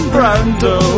Brando